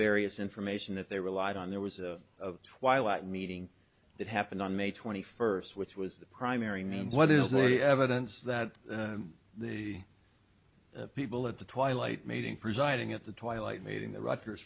various information that they relied on there was a of twilight meeting that happened on may twenty first which was the primary means what is the only evidence that the people at the twilight meeting presiding at the twilight meeting the writers